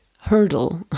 Hurdle